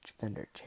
Fender